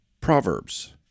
Proverbs